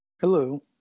Hello